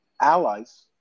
allies